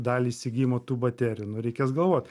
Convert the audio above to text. dalį įsigijimo tų baterijų nu reikės galvot